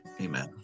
amen